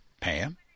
Pam